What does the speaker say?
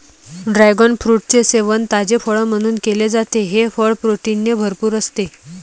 dragon फ्रूटचे सेवन ताजे फळ म्हणून केले जाते, हे फळ प्रोटीनने भरपूर असते